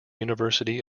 university